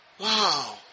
Wow